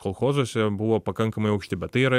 kolchozuose buvo pakankamai aukšti bet tai yra